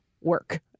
work